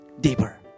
Deeper